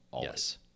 Yes